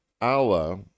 Allah